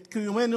דתיים,